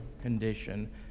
condition